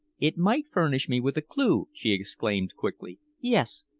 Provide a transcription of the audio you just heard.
it might furnish me with a clue, she exclaimed quickly. yes,